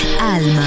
Alma